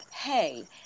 hey